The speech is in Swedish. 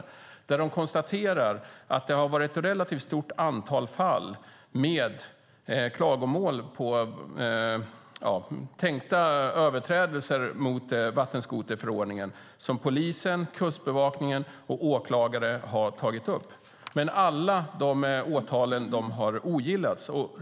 Riksåklagaren konstaterade att det har varit ett relativt stort antal fall med klagomål på tänkta överträdelser mot vattenskoterförordningen som polisen, Kustbevakningen och åklagare har tagit upp. Men alla dessa åtal har ogillats.